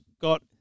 got